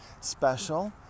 special